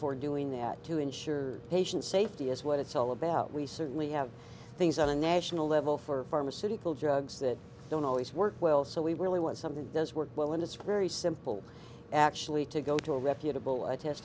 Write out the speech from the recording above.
for doing that to ensure patient safety is what it's all about we certainly have things on a national level for city hall jugs that don't always work well so we really want something does work well and it's very simple actually to go to a reputable test